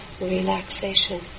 relaxation